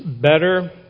better